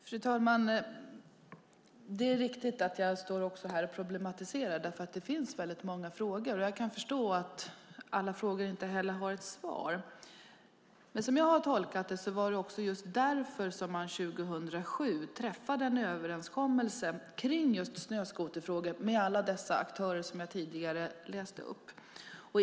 Fru talman! Det är riktigt att jag står här och problematiserar. Det finns nämligen väldigt många frågor. Jag kan förstå att alla frågor inte har ett svar, men som jag har tolkat det var det just därför man 2007 träffade en överenskommelse kring snöskoterfrågor med alla de aktörer jag tidigare läste upp.